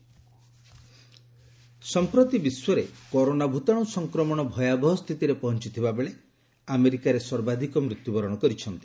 America corona ସମ୍ପ୍ରତି ବିଶ୍ୱରେ corona ଭୂତାଣୁ ସଂକ୍ରମଣ ଭୟାବହ ସ୍ଥିତିରେ ପହଞ୍ଚିଥିବା ବେଳେ ଆମେରିକାରେ ସର୍ବାଧିକ ମୃତ୍ୟୁ ବରଣ କରିଛନ୍ତି